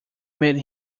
made